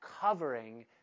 covering